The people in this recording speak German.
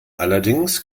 allerdings